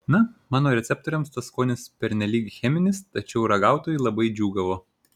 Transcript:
na mano receptoriams tas skonis pernelyg cheminis tačiau ragautojai labai džiūgavo